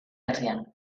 herrian